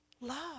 Love